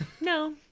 no